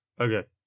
Okay